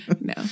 no